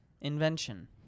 invention